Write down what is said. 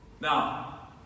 Now